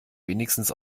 wenigstens